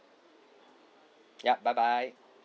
yup bye bye